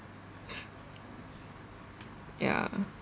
ya